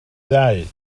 ddau